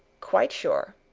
quite sure.